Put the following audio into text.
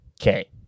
Okay